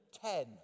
ten